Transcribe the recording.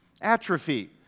atrophy